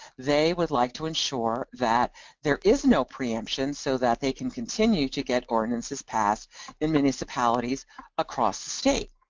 they would like to ensure that there is no preemption so that they can continue to get ordinances passed in municipalities across the state.